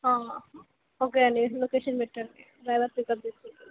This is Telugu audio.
ఓకే అండి లొకేషన్ పెట్టండి డ్రైవర్ పిక్అప్ చేసుకుంటాడు